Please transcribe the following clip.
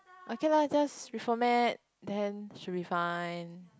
okay lah just reformat then should be fine